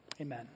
Amen